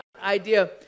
idea